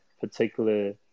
particular